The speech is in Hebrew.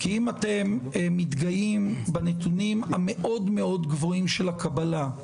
ההזנחה המתמשכת של הגליל והנגב על ידי ממשלות ישראל,